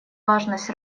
важность